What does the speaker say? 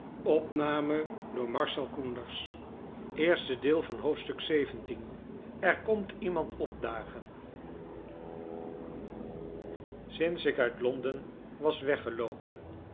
er komt iemand opdagen sinds ik uit londen was weggeloopen